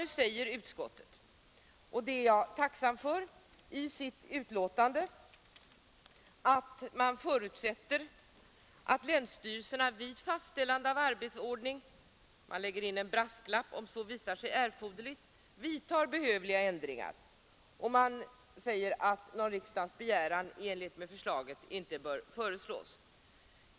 Nu säger utskottet — och det är jag tacksam för — i sitt betänkande att utskottet förutsätter att länsstyrelserna vid fastställande av arbetsordning om så visar sig erforderligt — man lägger här in en brasklapp — vidtar behövliga ändringar. Utskottet anser därför att någon riksdagens begäran i enlighet med förslaget i motionen inte bör föreslås.